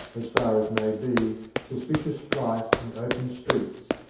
as far as may be, suspicious flight in open streets.